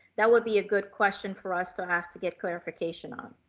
that would be a good question for us to ask to get clarification. um